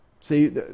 See